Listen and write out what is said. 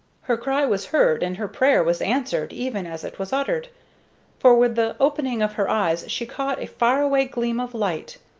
her cry was heard and her prayer was answered even as it was uttered for with the opening of her eyes she caught a far-away gleam of light.